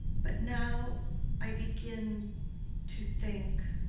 but now i begin to think